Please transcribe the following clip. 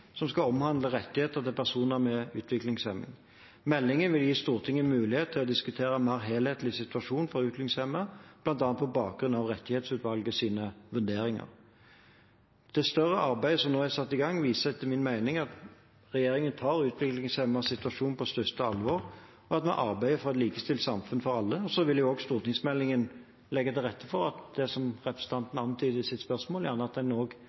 som skal omhandle rettigheter til personer med utviklingshemning. Meldingen vil gi Stortinget mulighet til å diskutere situasjonen for utviklingshemmede mer helhetlig, bl.a. på bakgrunn av rettighetsutvalgets vurderinger. Det større arbeidet som nå er satt i gang, viser etter min mening at regjeringen tar utviklingshemmedes situasjon på største alvor, og at vi arbeider for et likestilt samfunn for alle. Stortingsmeldingen vil også legge til rette for det som representanten antyder i sitt spørsmål, at en